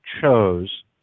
chose